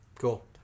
Cool